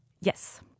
Yes